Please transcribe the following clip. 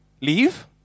leave